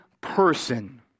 person